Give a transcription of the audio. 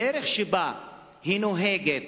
הדרך שבה היא נוהגת